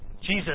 Jesus